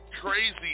crazy